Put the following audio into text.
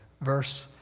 Verse